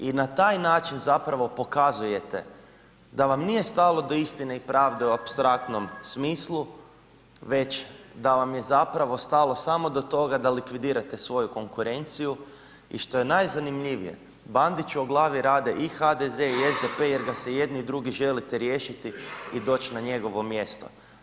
I na taj način zapravo pokazujete da vam nije stalo do istine i pravde u apstraktnom smislu već da vam je zapravo stalo samo do toga da likvidirate svoju konkurenciju i što je najzanimljivije, Bandiću o glavi rade i HDZ i SDP jer ga se jedni i drugi želite riješiti i doć na njegovo mjesto.